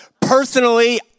Personally